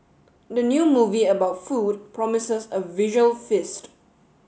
the new movie about food promises a visual feast